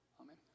Amen